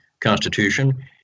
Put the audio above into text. Constitution